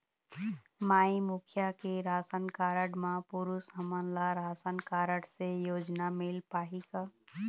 माई मुखिया के ration card म पुरुष हमन ला राशन कारड से योजना मिल पाही का?